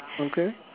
Okay